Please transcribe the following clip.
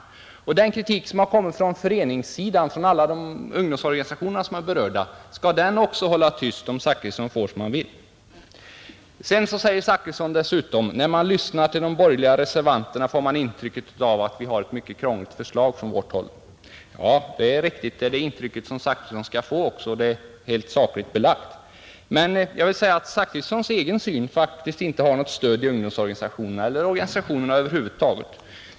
Skall också de kritiker som har kommit från föreningssidan, från alla berörda ungdomsorganisationer, hålla tyst, om herr Zachrisson får som han vill? Dessutom säger herr Zachrisson att när man lyssnar till reservanterna får man ett intryck av att utskottet har ett mycket krångligt förslag. Ja, det är riktigt. Det är det intryck som herr Zachrisson skall få. Det är helt sakligt belagt. Men jag vill säga att herr Zachrissons egen syn faktiskt inte har något stöd hos ungdomsorganisationerna eller organisationerna över huvud taget.